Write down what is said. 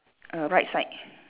err right side